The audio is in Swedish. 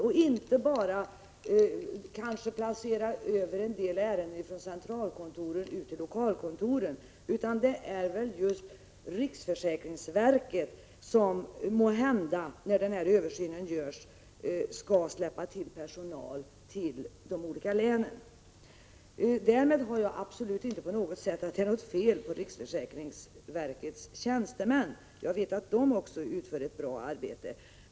Vi skall nog inte bara överföra en del ärenden från centralkontoret till lokalkontoren. I stället är det väl just riksförsäkringsverket som — jag tänker då på översynen i fråga — skall släppa till personal till de olika länen. Därmed har jag absolut inte sagt att det skulle vara något fel på riksförsäkringsverkets tjänstemän. Jag vet att de också utför ett bra arbete.